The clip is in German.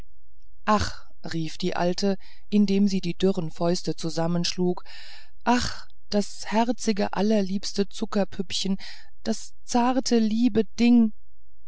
ach rief die alte indem sie die dürren fäuste zusammenschlug ach das herzige allerliebste zuckerpüppchen das zarte liebe ding